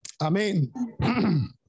Amen